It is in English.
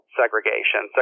segregation